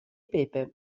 pepe